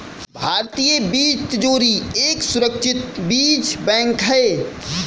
भारतीय बीज तिजोरी एक सुरक्षित बीज बैंक है